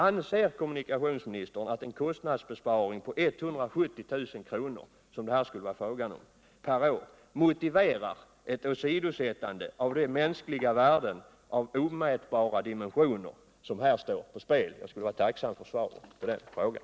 Anser kommunikationsministern att en kostnadsbesparing på 170 000 kr.. som det här skulle vara fråga om, kan motivera ett åsidosättande av de mänskliga värden av omitbara dimensioner som här står på spel? Jag skulle vara tacksam för eu svar på den frågan.